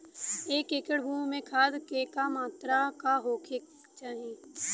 एक एकड़ भूमि में खाद के का मात्रा का होखे के चाही?